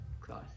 class